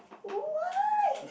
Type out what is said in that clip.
why